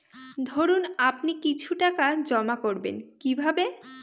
ধরুন আপনি কিছু টাকা জমা করবেন কিভাবে?